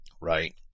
right